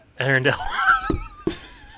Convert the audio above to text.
Arendelle